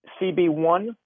CB1